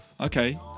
Okay